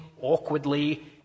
awkwardly